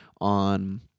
on